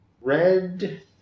Red